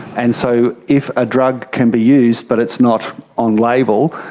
and so if a drug can be used but it's not on label,